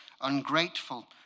ungrateful